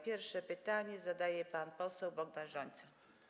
Pierwsze pytanie zadaje pan poseł Bogdan Rzońca.